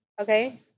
Okay